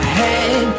head